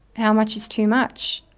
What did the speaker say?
how much is too much.